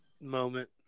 moment